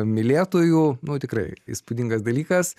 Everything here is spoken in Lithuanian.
mylėtojų nu tikrai įspūdingas dalykas